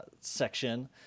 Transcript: section